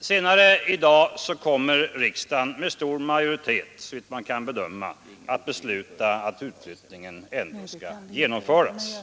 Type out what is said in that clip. Senare i dag kommer riksdagen såvitt man kan bedöma att med stor majoritet besluta om att utflyttningen ändå skall genomföras.